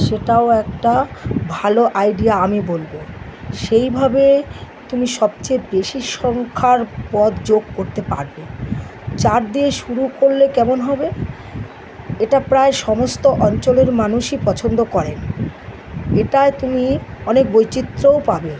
সেটাও একটা ভালো আইডিয়া আমি বলবো সেইভাবে তুমি সবচেয়ে বেশি সংখ্যার পদ যোগ করতে পারবে চাট দিয়ে শুরু করলে কেমন হবে এটা প্রায় সমস্ত অঞ্চলের মানুষই পছন্দ করেন এটায় তুমি অনেক বৈচিত্র্যও পাবে